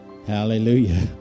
Hallelujah